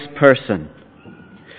person